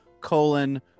colon